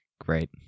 great